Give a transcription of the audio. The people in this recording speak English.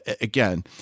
Again